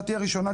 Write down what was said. הראשונה,